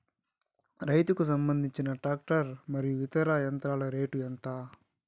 రైతుకు సంబంధించిన టాక్టర్ మరియు ఇతర యంత్రాల రేటు ఎంత?